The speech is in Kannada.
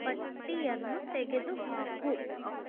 ಪಟ್ಟಿಯನ್ನು ತೆಗೆದುಹಾಕು